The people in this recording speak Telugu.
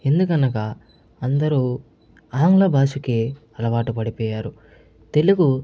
ఎందుకనగా అందరూ ఆంగ్ల భాషకి అలవాటు పడిపోయారు తెలుగు